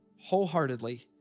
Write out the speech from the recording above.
wholeheartedly